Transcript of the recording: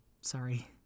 sorry